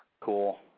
Cool